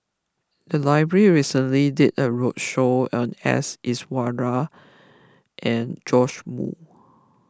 the library recently did a roadshow on S Iswaran and Joash Moo